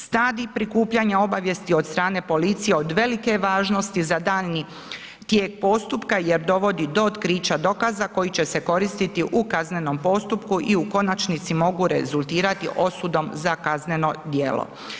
Stadij prikupljanja obavijesti od strane policije od velike je važnosti za daljnji tijek postupka jer dovodi do otkrića dokaza koji će se koristiti u kaznenom postupku i u konačnici mogu rezultirati osudom za kazneno djelo.